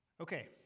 Okay